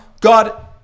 God